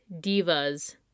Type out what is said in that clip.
divas